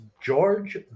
George